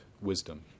wisdom